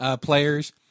players